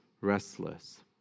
restless